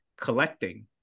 collecting